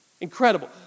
Incredible